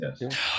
Yes